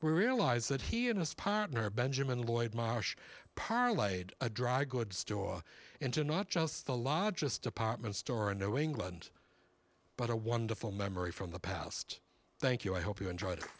were realized that he and his partner benjamin lloyd marsh parlayed a dry goods store into not just the largest department store and no england but a wonderful memory from the past thank you i hope you enjoyed it